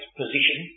position